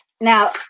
now